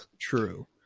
True